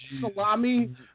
salami